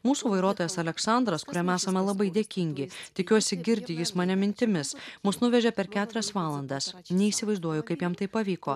mūsų vairuotojas aleksandras kuriam esame labai dėkingi tikiuosi girdi jis mane mintimis mus nuvežė per keturias valandas neįsivaizduoju kaip jam tai pavyko